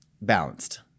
balanced